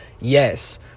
Yes